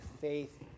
faith